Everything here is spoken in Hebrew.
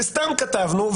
וסתם כתבנו,